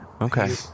Okay